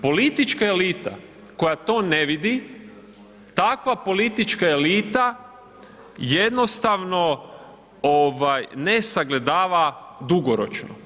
Politička elita koja to ne vidi takva politička elita jednostavno ne sagledava dugoročno.